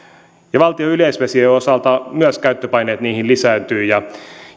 tarvitaan valtion yleisvesien osalta myös käyttöpaineet niihin lisääntyvät ja